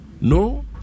No